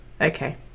Okay